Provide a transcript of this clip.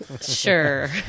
Sure